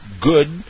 good